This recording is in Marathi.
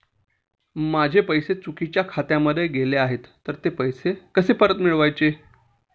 माझे पैसे चुकीच्या खात्यामध्ये गेले आहेत तर ते परत कसे मिळवायचे?